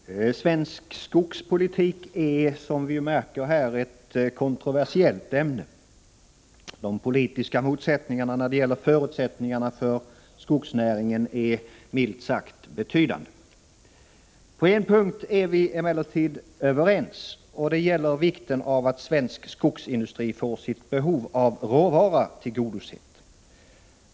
Herr talman! Svensk skogspolitik är som vi märker här ett kontroversiellt ämne. De politiska motsättningarna när det gäller förutsättningarna för skogsnäringen är milt sagt betydande. På en punkt är vi emellertid rörande överens, och det gäller vikten av att svensk skogsindustri får sitt behov av råvara tillgodosett.